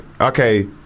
okay